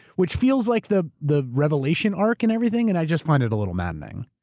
which feels like the the revelation arc in everything and i just find it a little maddening.